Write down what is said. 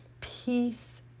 peace